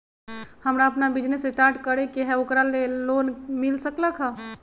हमरा अपन business start करे के है ओकरा लेल लोन मिल सकलक ह?